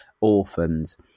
orphans